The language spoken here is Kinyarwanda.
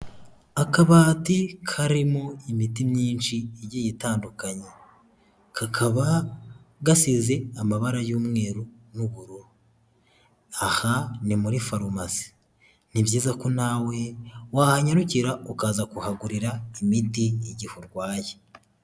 Akabati karimo imiti myinshi igiye itandukanye, kakaba gasize amabara y'umweru n'ubururu, aha ni muri farumasi, ni byiza ko nawe wahanyarukira ukaza kuhagurira imiti igihe urwaye.